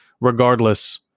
regardless